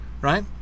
right